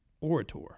orator